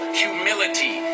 humility